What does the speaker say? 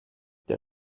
der